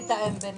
צבועים.